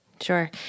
Sure